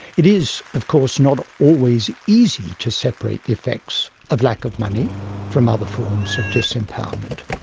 it is, of course, not always easy to separate the effects of lack of money from other forms of disempowerment.